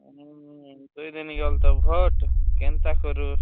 ଦୁଇଦିନ୍ ଗଲେ ତ ଭୋଟ୍ କେନ୍ତା କରୁ